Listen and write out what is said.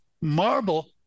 marble